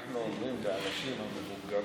אנחנו אומרים לאנשים המבוגרים,